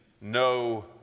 no